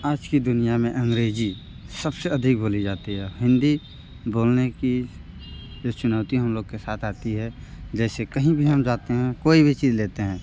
आज की दुनिया में अंग्रेजी सबसे अधिक बोली जाती है हिंदी बोलने की जो चुनौती हम लोग के साथ आती है जैसे कहीं भी हम जाते हैं कोई भी चीज़ लेते हैं